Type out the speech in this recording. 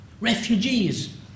refugees